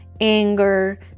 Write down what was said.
anger